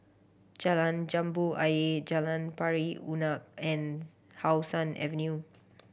Jalan Jambu Ayer Jalan Pari Unak and How Sun Avenue